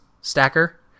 stacker